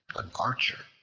an archer,